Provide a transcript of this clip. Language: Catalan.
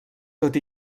tot